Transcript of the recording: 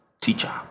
teacher